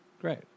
Great